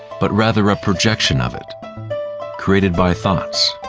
but rather a projection of it created by thoughts.